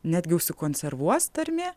netgi užsikonservuos tarmė